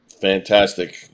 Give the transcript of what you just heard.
Fantastic